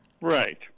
Right